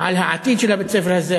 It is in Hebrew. על העתיד של בית-הספר הזה,